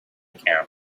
camp